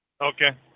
Okay